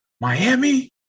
Miami